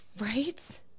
right